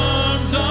arms